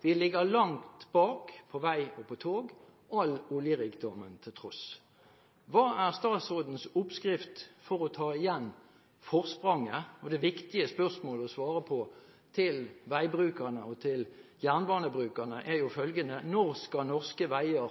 Vi ligger langt bak på vei og på tog, all oljerikdommen til tross. Hva er statsrådens oppskrift for å ta igjen forspranget? Det viktige spørsmålet å gi veibrukerne og jernbanebrukerne et svar på, er følgende: Når skal norske veier